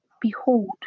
Behold